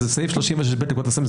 זה סעיף 36(ב) לפקודת הסמים.